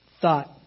thought